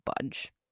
budge